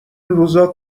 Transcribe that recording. روزا